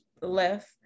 left